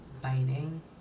biting